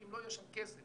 אם כי לא יהיה שם כסף.